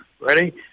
Ready